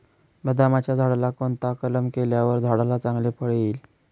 बदामाच्या झाडाला कोणता कलम केल्यावर झाडाला चांगले फळ येईल?